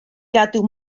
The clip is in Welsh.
gadw